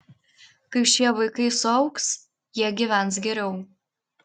kai šie vaikai suaugs jie gyvens geriau